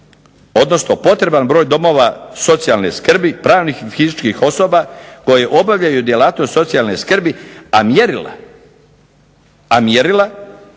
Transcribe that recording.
odnosno potreban broj domova socijalne skrbi pravnih i fizičkih osoba koje obavljaju djelatnost socijalne skrbi, a mjerila za